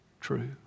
true